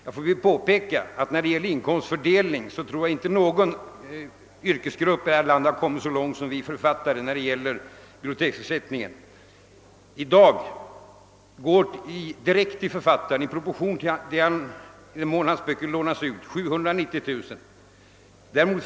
Jag får väl påpeka att vad beträffar inkomstfördelning har inte någon yrkesgrupp här i landet kommit så långt som författarna vad gäller biblioteksersättningen. I dag går direkt till författarna, i proportion till den omfattning vari deras böcker lånas ut, 790 000 kronor.